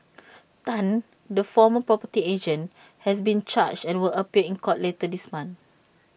Tan the former property agent has been charged and will appear in court later this month